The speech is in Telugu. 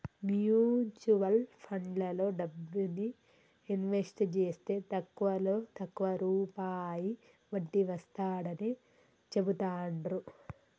మ్యూచువల్ ఫండ్లలో డబ్బుని ఇన్వెస్ట్ జేస్తే తక్కువలో తక్కువ రూపాయి వడ్డీ వస్తాడని చెబుతాండ్రు